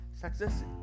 success